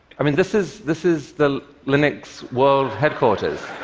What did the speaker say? i mean, this is this is the linux world headquarters.